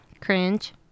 cringe